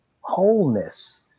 wholeness